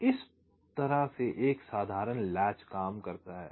तो इस तरह से एक साधारण लैच काम करता है